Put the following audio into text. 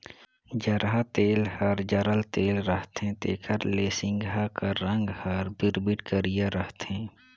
जरहा तेल हर जरल तेल रहथे तेकर ले सिगहा कर रग हर बिरबिट करिया रहथे